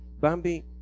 Bambi